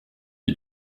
est